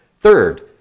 Third